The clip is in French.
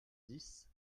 dix